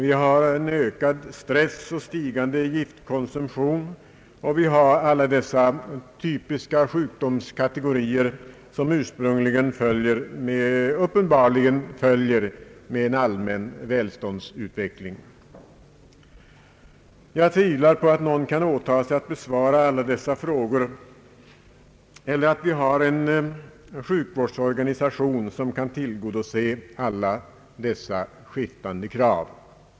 Vi har en ökad stress och stigande giftkonsumtion, och vi har alla dessa typiska sjukdomskategorier som uppenbarligen följer med en allmän välståndsutveckling. Jag tvivlar på att någon kan åta sig att besvara alla dessa frågor eller att vi har en sjukvårdsorganisation som kan tillgodose alla dessa skiftande krav.